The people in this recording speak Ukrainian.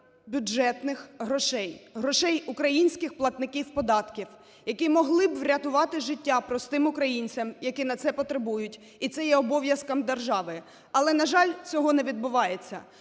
бюджетних грошей – грошей українських платників податків, які могли б врятувати життя простим українцям, які на це потребують, і це є обов'язком держави. Але, на жаль, цього не відбувається,